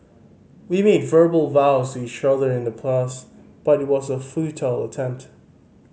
we made verbal vows to each other in the past but it was a futile attempt